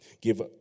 Give